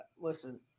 listen